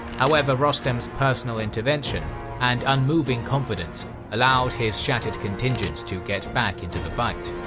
however, rostam's personal intervention and unmoving confidence allowed his shattered contingents to get back into the fight.